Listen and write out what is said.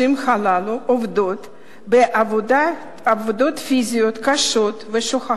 הללו עובדות בעבודות פיזיות קשות ושוחקות,